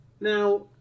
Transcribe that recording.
Now